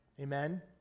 Amen